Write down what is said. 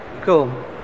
Cool